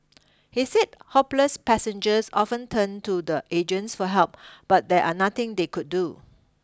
he said hopeless passengers often turned to the agents for help but there are nothing they could do